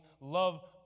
love